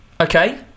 Okay